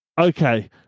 Okay